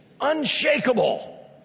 Unshakable